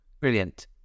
Brilliant